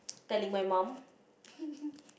telling my mum